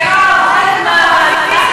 והפך אלפי ילדים לעניים ולרעבים.